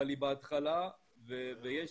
אבל היא בהתחלה ויש